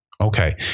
Okay